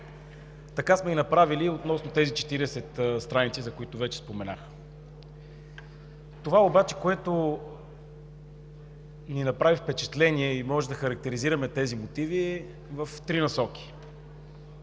Така сме направили и относно тези 40 страници, за които вече споменах. Това обаче, което ни направи впечатление и с което можем да характеризираме тези мотиви, е в три насоки.